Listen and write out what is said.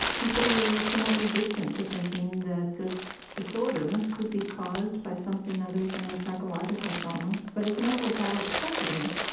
people were somewhat resistant to thinking that this this disorder could be caused by something other than a psychological trauma. but it's not without precedent,